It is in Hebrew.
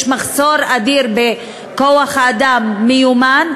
יש מחסור אדיר בכוח-אדם מיומן.